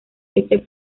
este